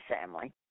family